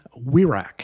WIRAC